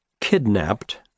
kidnapped